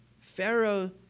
Pharaoh